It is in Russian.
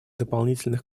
дополнительных